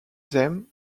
them